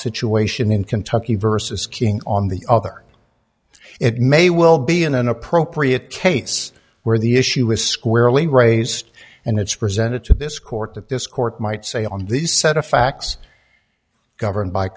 situation in kentucky versus king on the other it may well be an appropriate case where the issue is squarely raised and it's presented to this court that this court might say on the set of facts governed by